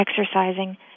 exercising